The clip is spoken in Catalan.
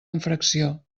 infracció